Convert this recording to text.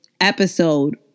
episode